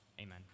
amen